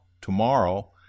tomorrow